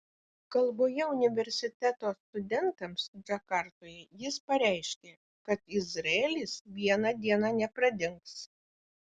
kalboje universiteto studentams džakartoje jis pareiškė kad izraelis vieną dieną nepradings